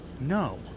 No